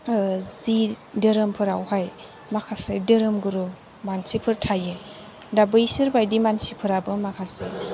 जि धोरोम फोरावहाय माखासे धोरोम गुरु मानसिफोर थायो दा बैसोर बायदि मानसिफोराबो माखासे